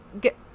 get